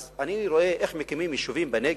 אז אני רואה איך מקימים יישובים בנגב.